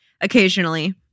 Occasionally